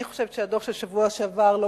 אני חושבת שהדוח של השבוע שעבר לא